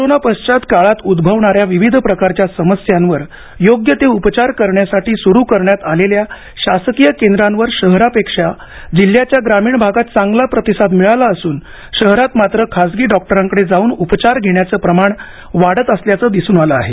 corona पश्चात काळात उद्भवणाऱ्या विविध प्रकारच्या समस्यांवर योग्य ते उपचार करण्यासाठी सुरू करण्यात आलेल्या शासकीय केंद्रांवर शहरापेक्षा जिल्ह्याच्या ग्रामीण भागात चांगला प्रतिसाद मिळाला असून शहरात मात्र खासगी डॉक्टरांकडे जाऊन उपचार घेण्याचं प्रमाण वाढत असल्याचं दिसून आलं आहे